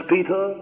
Peter